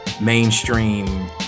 mainstream